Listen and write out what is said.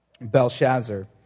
Belshazzar